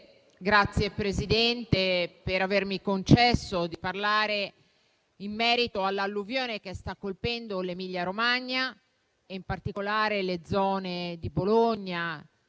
ringrazio per avermi concesso di parlare in merito all'alluvione che sta colpendo l'Emilia-Romagna e in particolare le città di Bologna,